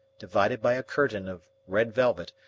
divided by a curtain of red velvet,